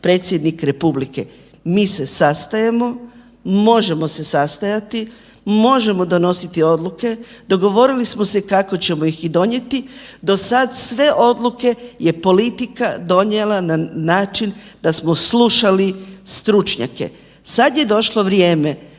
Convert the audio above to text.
predsjednik Republike“. Mi se sastajemo, možemo se sastajati, možemo donositi odluke, dogovorili smo se kako ćemo ih i donijeti. Do sada sve odluke je politika donijela na način da smo slušali stručnjake. Sad je došlo vrijeme